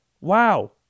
Wow